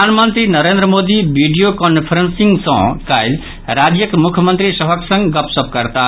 प्रधानमंत्री Narendra Modi video conferencing सँ काल्हि राज्यक मुख्यमंत्री सभक संग गपशप करताह